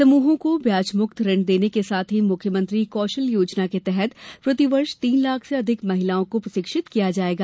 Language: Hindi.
समूहों को ब्याजमुक्त ऋण देने के साथ ही मुख्यमंत्री कौशल योजना के तहत प्रतिवर्ष तीन लाख से अधिक महिलाओं को प्रशिक्षित किया जायेगा